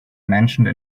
mentioned